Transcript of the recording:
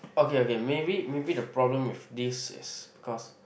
okay okay maybe maybe the problem with this is because